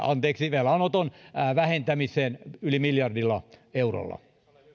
anteeksi velanoton vähentämiseen yli miljardilla eurolla